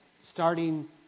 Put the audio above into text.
starting